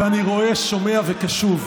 ואני רואה, שומע וקשוב.